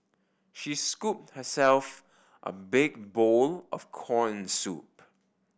she scooped herself a big bowl of corn soup